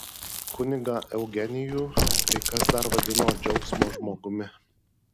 kunigą eugenijų kai kas dar vadino džiaugsmo žmogumi